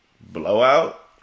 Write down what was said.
blowout